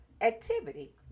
activity